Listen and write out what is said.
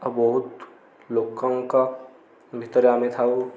ଆଉ ବହୁତ ଲୋକଙ୍କ ଭିତରେ ଆମେ ଥାଉ